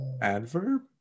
adverb